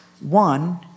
One